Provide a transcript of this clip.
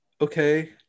okay